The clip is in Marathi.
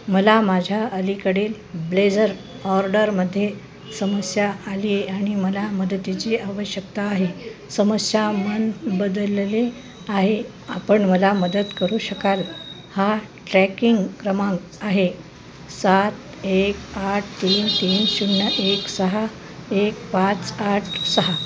मला माझ्या अलीकडील ब्लेझर ऑर्डरमध्ये समस्या आली आणि मला मदतीची आवश्यकता आहे समस्या मन बदलले आहे आपण मला मदत करू शकाल हा ट्रॅकिंग क्रमांक आहे सात एक आठ तीन तीन शून्य एक सहा एक पाच आठ सहा